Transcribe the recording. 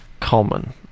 common